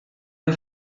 del